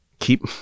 keep